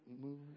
move